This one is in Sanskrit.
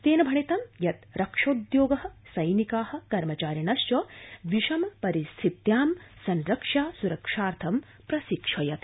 तेन भणितं यत् रक्षोद्योग सैनिका कर्मचारिणश्च विषम परिस्थित्यां संरक्षा सुरक्षार्थं प्रशिक्षयति